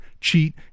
cheat